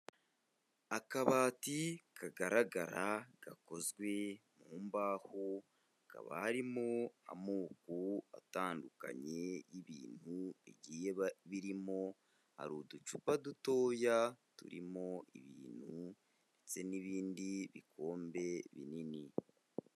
Akabati kagaragara gakozwe mu mbaho, hakaba harimo amoko atandukanye y'ibintu bgiye birimo, hari uducupa dutoya turimo ibintu ndetse ndetse n'ibindi bikombe binini.